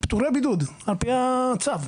פטורי בידוד על פי הצו.